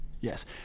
yes